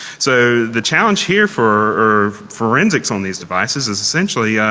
so the challenge here for forensics on these devices is essentially